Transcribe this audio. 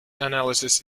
analysis